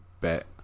Bet